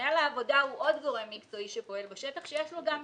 מנהל העבודה הוא עוד גורם מקצועי שפועל בשטח ויש לו גם סמכויות.